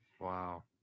Wow